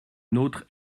nôtre